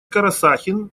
карасахин